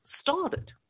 started